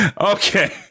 Okay